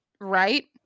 right